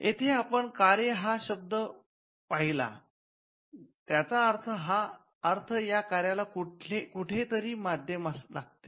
येथे आपण कार्य हा शब्द पहिला त्याचा अर्थ या कार्याला कुठले तरी माध्यम लागते